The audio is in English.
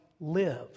live